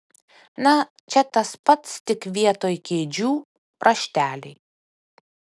na čia tas pats tik vietoj kėdžių rašteliai